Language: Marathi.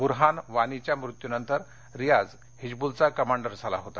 बूरहान वानीच्या मृत्यूनंतर रियाज हिज्बुलचा कमांडर झाला होता